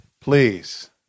please